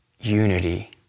unity